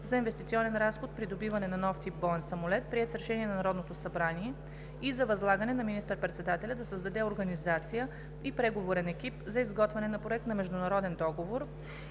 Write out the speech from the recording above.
за инвестиционен разход „Придобиване на нов тип боен самолет“, приет с решение на Народното събрание (ДВ, бр. 51 от 2018 г.), и за възлагане на министър-председателя да създаде организация и преговорен екип за изготвяне на проект на международен договор